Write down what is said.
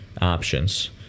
options